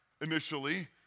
initially